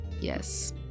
Yes